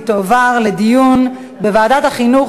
לוועדת החינוך,